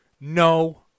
No